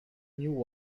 new